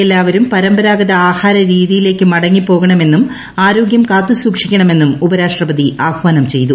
എല്ലാവരും പ്രമ്പരാഗത ആഹാര രീതിയിലേക്ക് മടങ്ങി പോകണമെന്നും ആരോഗ്യം കാത്തു സൂക്ഷിക്കണമെന്നും ഉപരാഷ്ട്രപതി ആഹ്വാനം ചെയ്തു